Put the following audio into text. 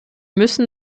müssen